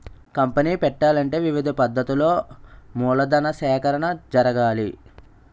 company పెట్టాలంటే వివిధ పద్ధతులలో మూలధన సేకరణ జరగాలి